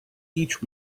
each